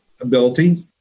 ability